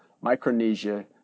Micronesia